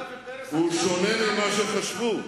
אתה ופרס, הוא שונה ממה שחשבו,